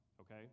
okay